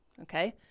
okay